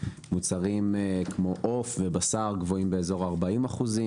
מוצרים כמו עוף ובשר גבוהים באזור 40 אחוזים